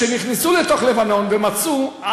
כשנכנסו לתוך לבנון ומצאו,